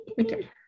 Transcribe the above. Okay